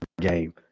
game